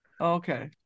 Okay